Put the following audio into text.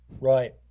Right